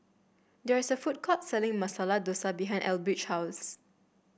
there is a food court selling Masala Dosa behind Elbridge's house